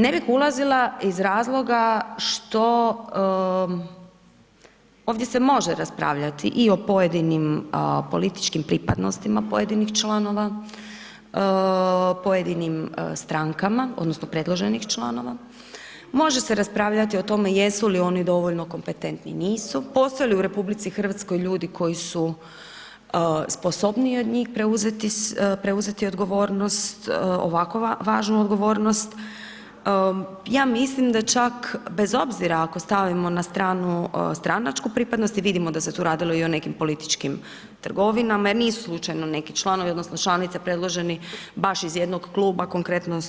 Ne bih ulazila iz razloga što ovdje se može raspravljati i o pojedinim političkim pripadnostima pojedinih članova, pojedinim strankama odnosno predloženih članova, može se raspravljati o tome jesu li oni dovoljno kompetentni, nisu, postoje li u RH ljudi koji su sposobniji od njih preuzeti odgovornost, ovakvu važnu odgovornost, ja mislim da čak bez obzira ako stavimo na stranu stranačku pripadnost jer vidimo da se tu radilo i o nekim političkim trgovinama jer nisu slučajno neki članovi odnosno članice predloženi baš iz jednog kluba, konkretno